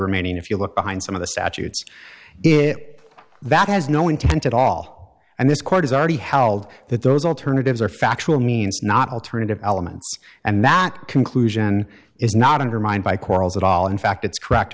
remaining if you look behind some of the statutes it that has no intent at all and this court is already held that those alternatives are factual means not alternative elements and that conclusion is not undermined by quarrels at all in fact it's c